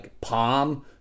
palm